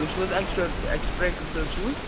تُہۍ چھُ حظ اٮ۪کٕسٹر اٮ۪کٕسٹَیٹَر صٲب چھُوٕ